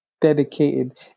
dedicated